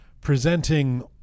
presenting